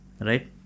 right